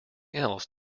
else